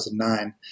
2009